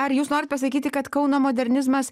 ar jūs norit pasakyti kad kauno modernizmas